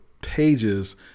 pages